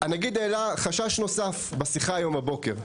הנגיד העלה חשש נוסף בשיחה היום הבוקר,